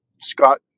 Scott